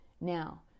now